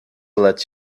let